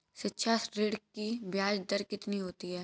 शिक्षा ऋण की ब्याज दर कितनी होती है?